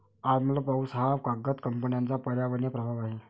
आम्ल पाऊस हा कागद कंपन्यांचा पर्यावरणीय प्रभाव आहे